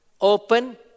open